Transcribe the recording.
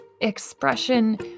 expression